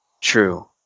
True